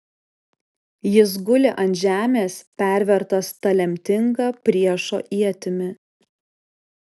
jis guli ant žemės pervertas ta lemtinga priešo ietimi